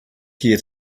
here